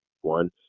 one